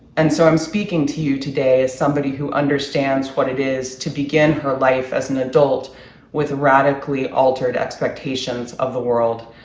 and so i'm speaking to you today as somebody who understands what it is to begin her life as an adult with radically altered expectations of the world.